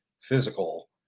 physical